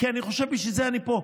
כי אני חושב שבשביל זה אני פה.